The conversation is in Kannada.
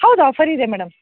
ಹೌದು ಆಫರ್ ಇದೆ ಮೇಡಮ್